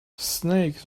snakes